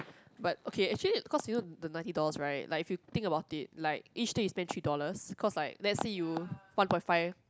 but okay actually cause you know the ninety dollars right like if you think about it like each day you spend three dollars cause like let's say you one point five